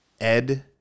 Ed